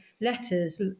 letters